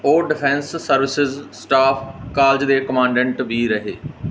ਉਹ defence services staff college ਦੇ commandant ਵੀ ਰਹੇ